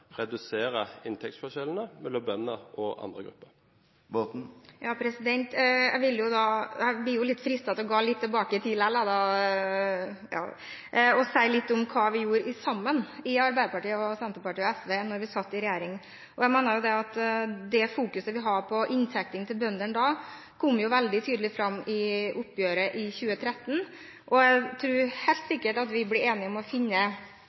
redusere – inntektsforskjellene mellom bønder og andre grupper. Jeg blir likevel litt fristet til å gå tilbake i tid og si noe om hva vi – Arbeiderpartiet, Senterpartiet og SV – gjorde sammen da vi satt i regjering. Jeg mener at den fokuseringen vi hadde på bøndenes inntekter da, kom veldig tydelig fram i oppgjøret i 2013. Jeg tror helt sikkert at vi blir enige om å finne